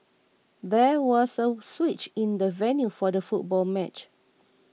there was a switch in the venue for the football match